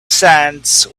sands